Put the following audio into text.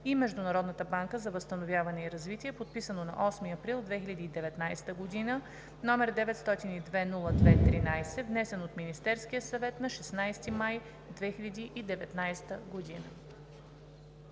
и Международната банка за възстановяване и развитие, подписано на 8 април 2019 г., № 902-02-13, внесен от Министерския съвет на 16 май 2019 г.“